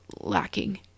lacking